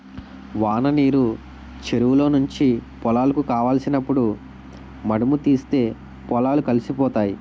వాననీరు చెరువులో నుంచి పొలాలకు కావలసినప్పుడు మధుముతీస్తే పొలాలు కలిసిపోతాయి